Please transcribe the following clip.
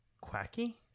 Quacky